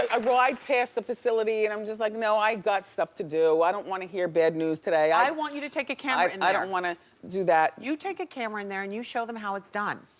i pass the facility and i'm just like no i've got stuff to do. i don't want to hear bad news today. i want you to take a camera, in there. i don't want to do that. you take a camera in there, and you show them how it's done.